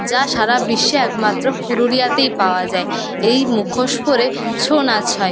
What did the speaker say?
যা সারা বিশ্বে একমাত্র পুরুলিয়াতেই পাওয়া যায় এই মুখোশ পরে ছৌ নাচ হয়